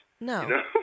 No